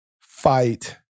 fight